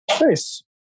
Nice